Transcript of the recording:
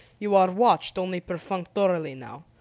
you are watched only perfunctorily now.